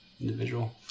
individual